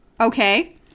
Okay